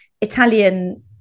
Italian